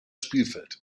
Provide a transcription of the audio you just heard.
spielfeld